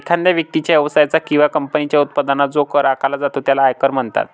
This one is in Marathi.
एखाद्या व्यक्तीच्या, व्यवसायाच्या किंवा कंपनीच्या उत्पन्नावर जो कर आकारला जातो त्याला आयकर म्हणतात